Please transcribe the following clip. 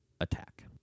attack